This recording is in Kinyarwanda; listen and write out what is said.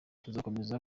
tuzakomeza